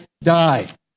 die